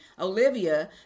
Olivia